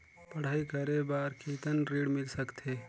पढ़ाई करे बार कितन ऋण मिल सकथे?